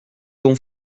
ton